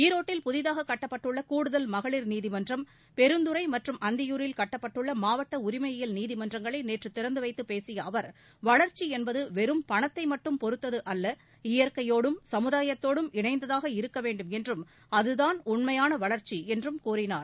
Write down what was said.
ஈரோட்டில் புதிதாக கட்டப்பட்டுள்ள கூடுதல் மகளிர் நீதிமன்றம் பெருந்துறை மற்றும் அந்தியூரில் கட்டப்பட்டுள்ள மாவட்ட உரிமையியல் நீதிமன்றங்களை நேற்று திறந்து வைத்துப் பேசிய அவர் வளர்ச்சி என்பது வெறும் பணத்தை மட்டும் பொறுத்தது அல்ல இயற்கையோடும் சமுதாயத்தோடும் இணைந்ததாக இருக்க வேண்டும் என்றும் அதுதான் உண்மையான வளர்ச்சி என்றும் கூறினார்